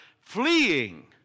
fleeing